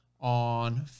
on